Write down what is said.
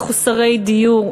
מחוסרי דיור,